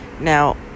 Now